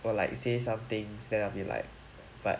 will like say some things then I'll be like but